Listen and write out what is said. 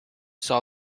saw